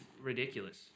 ridiculous